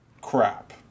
crap